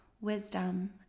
wisdom